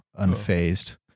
unfazed